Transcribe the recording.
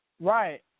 right